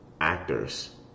actors